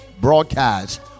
Broadcast